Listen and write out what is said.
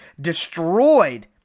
destroyed